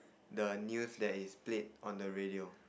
the news that is played on the radio